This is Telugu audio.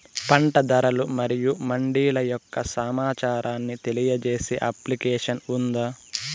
పంట ధరలు మరియు మండీల యొక్క సమాచారాన్ని తెలియజేసే అప్లికేషన్ ఉందా?